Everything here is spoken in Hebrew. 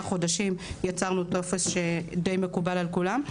חודשים יצרנו טופס שדי מקובל על כולן.